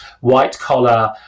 white-collar